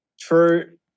True